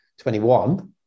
21